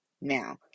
now